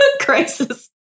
crisis